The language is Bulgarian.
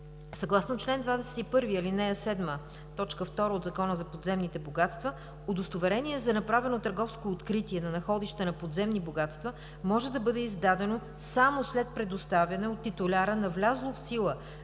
съгласно чл. 21, ал. 7, т. 2 от Закона за подземните богатства удостоверение за направено търговско откритие на находище на подземни богатства може да бъде издадено само след предоставяне от титуляря на влязло в сила